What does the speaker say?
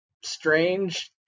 strange